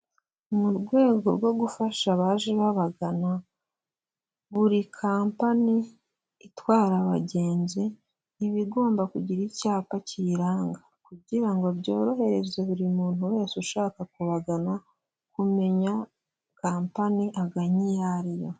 Mu rwego rwo gufasha abaje babagana, buri kampani itwara abagenzi iba igomba kugira icyapa kiyiranga, kugira ngo byorohereze buri muntu wese ushaka kubagana, kumenya kampani agannye iyo ariyo.